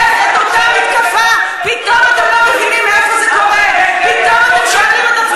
חוטף את אותה מתקפה, פתאום אתם לא